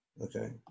Okay